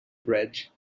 bridge